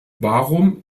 warum